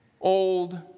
old